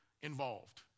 involved